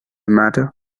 matter